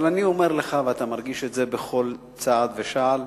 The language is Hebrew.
אבל אני אומר לך, ואתה מרגיש את זה בכל צעד ושעל,